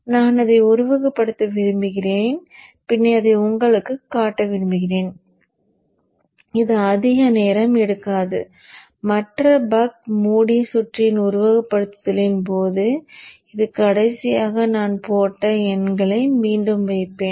நான் அதை உருவகப்படுத்த விரும்புகிறேன் பின்னர் அதை உங்களுக்குக் காட்ட விரும்புகிறேன் இது அதிக நேரம் எடுக்காது மற்ற பக் மூடிய சுற்றின் உருவகப்படுத்துதலின் போது கடைசியாக நான் போட்ட எண்களை மீண்டும் வைப்பேன்